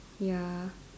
ya